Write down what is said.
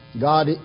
God